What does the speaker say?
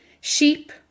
Sheep